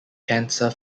cancer